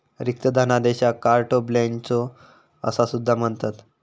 रिक्त धनादेशाक carte blanche असा सुद्धा म्हणतत